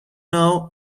now